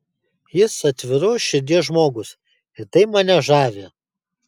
jis atviros širdies žmogus ir tai mane žavi